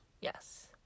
Yes